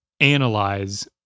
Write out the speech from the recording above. analyze